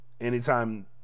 Anytime